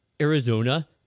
Arizona